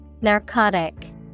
Narcotic